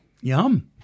Yum